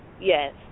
Yes